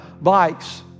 bikes